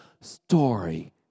story